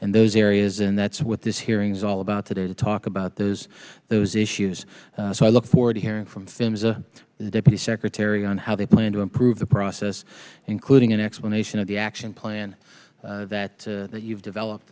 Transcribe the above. and those areas and that's what this hearing is all about today to talk about those those issues so i look forward to hearing from films the deputy secretary on how they plan to improve the process including an explanation of the action plan that you've developed